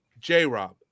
J-Rob